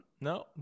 no